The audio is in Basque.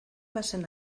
bazen